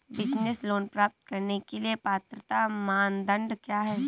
Business loan प्राप्त करने के लिए पात्रता मानदंड क्या हैं?